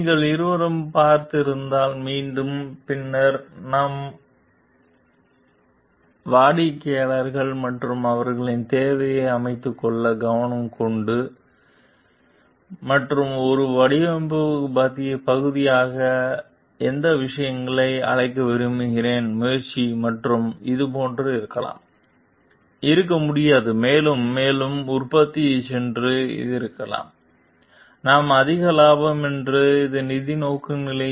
நீங்கள் இருவரும் பார்த்து இருந்தால் மீண்டும் பின்னர் நாம் போன்ற வாடிக்கையாளர்கள் மற்றும் அவர்களின் தேவைகளை அமைத்துக்கொள்ள கவனம் கொடுக்க வேண்டும் மற்றும் ஒரு வடிவமைப்பு பகுதியாக அந்த விஷயங்களை அழைக்க விரும்புகிறேன் முயற்சி மற்றும் இது போன்ற இருக்கலாம் இருக்க முடியாது மேலும் மேலும் உற்பத்தி சென்று இது இருக்கலாம் நாம் அதிக லாபம் என்று இது நிதி நோக்குநிலை